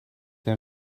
der